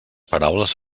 paraules